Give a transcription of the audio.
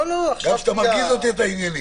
גם כשאתה מרגיז אותי, אתה ענייני.